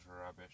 rubbish